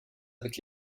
avec